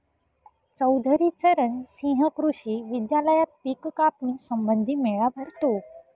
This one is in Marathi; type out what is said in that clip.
चौधरी चरण सिंह कृषी विद्यालयात पिक कापणी संबंधी मेळा भरतो